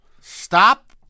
Stop